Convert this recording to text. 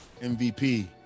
MVP